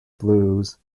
blues